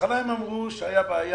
בהתחלה הם אמרו שלא היה עם